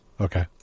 Okay